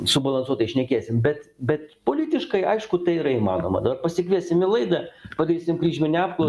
subalansuotai šnekėsim bet bet politiškai aišku tai yra įmanoma dar pasikviesim į laidą padarysim kryžminę apklau